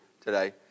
today